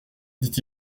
dit